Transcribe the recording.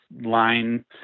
line